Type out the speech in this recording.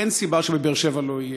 אין סיבה שבבאר-שבע לא יהיה.